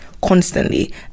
constantly